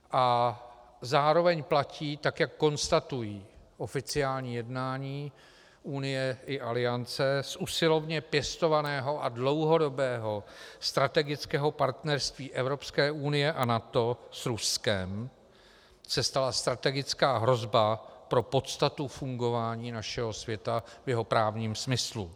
A zároveň platí, tak jak konstatují oficiální jednání Unie i Aliance, z usilovně pěstovaného a dlouhodobého strategického partnerství Evropské unie a NATO s Ruskem se stala strategická hrozba pro podstatu fungování našeho světa v jeho právním smyslu.